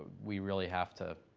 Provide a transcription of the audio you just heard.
we really have to